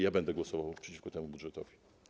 Ja będę głosował przeciwko temu budżetowi.